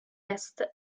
est